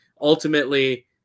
ultimately